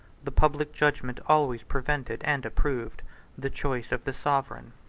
the public judgment always prevented and approved the choice of the sovereign.